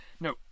no